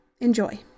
enjoy